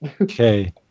Okay